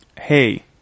Hey